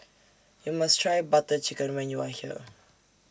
YOU must Try Butter Chicken when YOU Are here